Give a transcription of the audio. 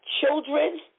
children